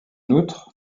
outre